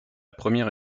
première